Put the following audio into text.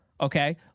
Okay